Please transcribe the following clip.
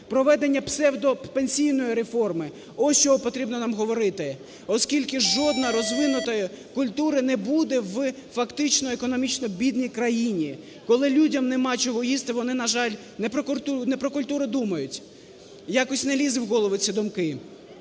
проведення псевдопенсійної реформи – ось з чого потрібно нам говорити. Оскільки жодна розвинута… культури не буде в фактично економічно бідній країні. Коли людям нема чого їсти, вони, на жаль, не про культуру думають. Якось не лізуть в голову ці думки.